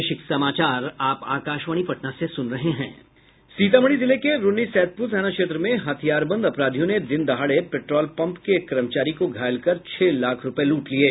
सीतामढ़ी जिले के रून्नीसैदपुर थाना क्षेत्र में हथियारबंद अपराधियों ने दिनदहाड़े पेट्रोल पंप के एक कर्मचारी को घायल कर छह लाख रुपये लूट लिये